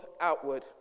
Outward